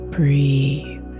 Breathe